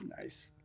Nice